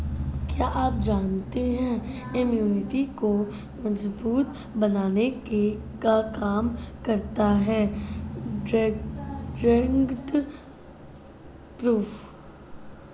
क्या आप जानते है इम्यूनिटी को मजबूत बनाने का काम करता है ड्रैगन फ्रूट?